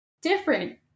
different